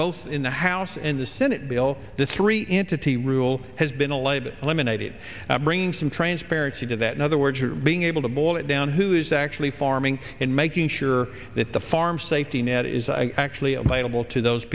both in the house and the senate bill the three entity rule has been allayed eliminated bring some transparency to that in other words are being able to boil it down who is actually farming and making sure that the farm safety net is i actually available to those